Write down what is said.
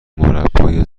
مربای